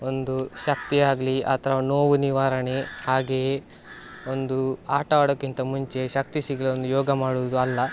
ಒಂದು ಶಕ್ತಿ ಆಗಲಿ ಅಥವ ನೋವು ನಿವಾರಣೆ ಹಾಗೆಯೇ ಒಂದು ಆಟವಾಡೋಕ್ಕಿಂತ ಮುಂಚೆ ಶಕ್ತಿ ಸಿಗಲೆಂದು ಯೋಗ ಮಾಡೋದು ಅಲ್ಲ